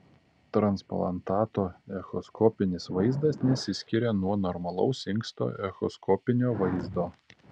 transplantato echoskopinis vaizdas nesiskiria nuo normalaus inksto echoskopinio vaizdo